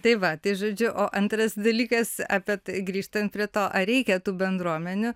tai va tai žodžiu o antras dalykas apie tai grįžtant prie to ar reikia tų bendruomenių